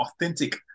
authentic